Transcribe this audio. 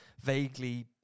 vaguely